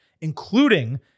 including